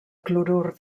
clorur